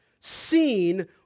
seen